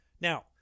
Now